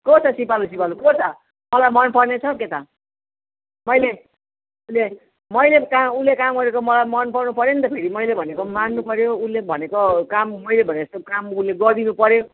को छ सिपालु सिपालु को छ मलाई मन पर्ने छ के त मैले मैले उसले काम गरेको मलाई मन पर्नु पऱ्यो नि त फेरि मैले भनेको मान्नु पऱ्यो उसले भनेको काम मैले भनेको जस्तो काम उसले गरिदिनु पऱ्यो